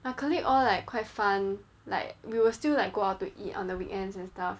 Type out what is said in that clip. my colleagues all like quite fun like we will still like go out to eat on the weekends and stuff